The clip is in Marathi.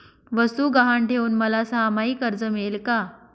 वस्तू गहाण ठेवून मला सहामाही कर्ज मिळेल का?